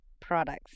products